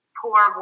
poor